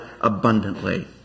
abundantly